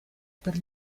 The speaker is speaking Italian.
per